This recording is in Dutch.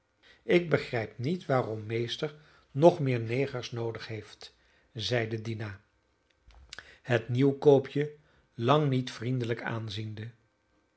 ik begrijp niet waarom meester nog meer negers noodig heeft zeide dina het nieuwkoopje lang niet vriendelijk aanziende